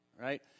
right